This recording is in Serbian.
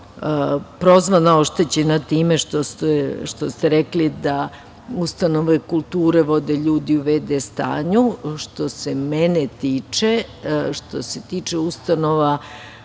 prozvana, oštećena time što ste rekli da ustanove kulture vode ljudi u v.d. stanju. Što se mene tiče, što se tiče